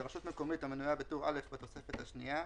לרשות מקומית המנויה בטור א' בתוספת השנייה,